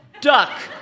Duck